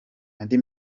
andi